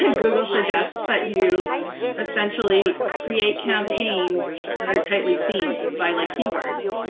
ah google suggests that you essentially create campaigns that are tightly themed by like keywords